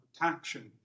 protection